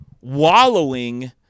wallowing